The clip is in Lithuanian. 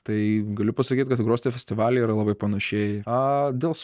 tai galiu pasakyti kad gruostė festivaliai yra labai panašiai a dėl